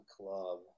club